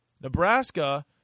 Nebraska